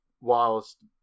whilst